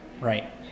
Right